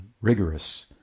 rigorous